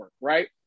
right